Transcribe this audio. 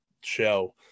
show